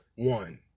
One